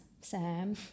Sam